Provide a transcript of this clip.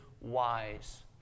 wise